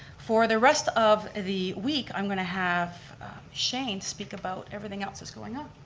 for the rest of the week i'm going to have shane speak about everything else that's going on.